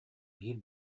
биир